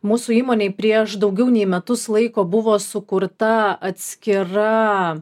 mūsų įmonėj prieš daugiau nei metus laiko buvo sukurta atskira